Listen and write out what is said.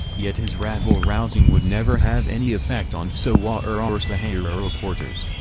yet his rabble-rousing would never have any effect on sowore or um or saharareporters.